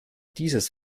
dieses